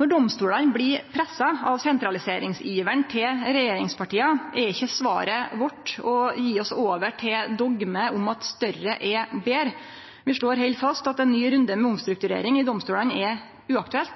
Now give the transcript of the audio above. Når domstolane blir pressa av sentraliseringsiveren til regjeringspartia, er ikkje svaret vårt å gje oss over til dogmet om at større er betre. Vi slår heller fast at ein ny runde